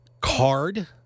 Card